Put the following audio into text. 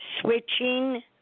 switching